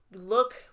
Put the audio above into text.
look